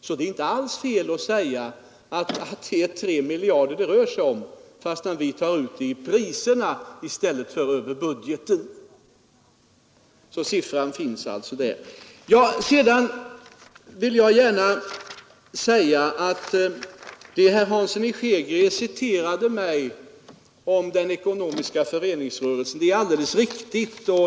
Så det är inte fel att säga att det rör sig om 3 miljarder, fastän vi tar ut detta i priserna i stället för över budgeten. Herr Hansson i Skegrie citerade mig alldeles rätt om den ekonomiska föreningsrörelsen.